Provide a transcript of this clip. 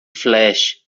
flash